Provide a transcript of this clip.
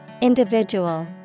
Individual